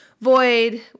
void